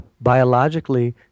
biologically